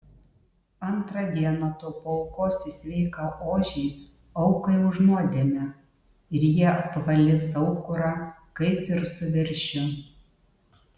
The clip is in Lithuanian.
antrą dieną tu paaukosi sveiką ožį aukai už nuodėmę ir jie apvalys aukurą kaip ir su veršiu